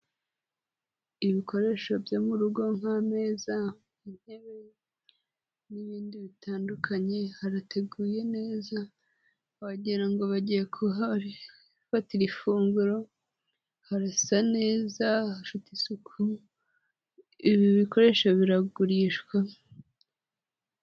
Ibikoresho byo mu rugo nk'ameza, intebe, n'ibindi bitandukanye, harateguye neza wagira ngo bagiye kuhafatira ifunguro, harasa neza, hafite isuku, ibi bikoresho biragurishwa.